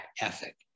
ethic